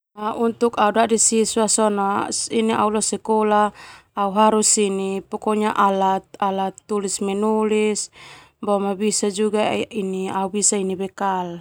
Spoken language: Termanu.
Untuk au dadi siswa ona au harus neni alat tulis menulis boma au bisa au neni bekal.